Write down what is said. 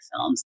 films